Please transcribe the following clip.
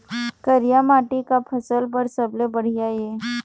करिया माटी का फसल बर सबले बढ़िया ये?